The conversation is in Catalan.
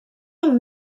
amb